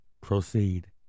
proceed